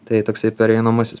tai toksai pereinamasis